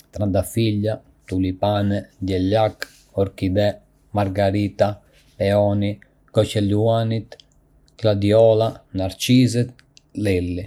Ka shumë lloje lulesh, si trëndafila, tulipanë, diellakë, orkide, margarita, peoni, goja e luanit, gladiola, narcizë dhe lili. Çdo lule ka bukurinë dhe kuptimin e saj, shpesh të përdorura në kopshtet dhe buqetat.